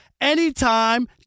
anytime